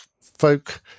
folk